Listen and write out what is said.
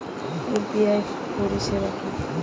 UPI পরিসেবা কি?